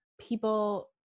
people